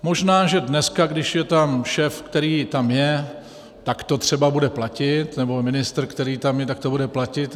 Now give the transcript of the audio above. Možná že dneska, když je tam šéf, který tam je, tak to třeba bude platit, nebo ministr, který tam je, tak to bude platit.